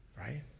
Right